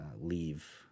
leave